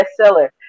bestseller